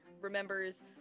remembers